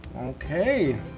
Okay